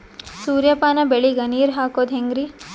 ಸೂರ್ಯಪಾನ ಬೆಳಿಗ ನೀರ್ ಹಾಕೋದ ಹೆಂಗರಿ?